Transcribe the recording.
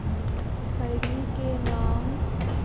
खड़ी के नाम?